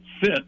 fit